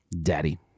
Daddy